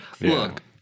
Look